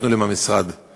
ולא מה שנתנו לי במשרד לענות.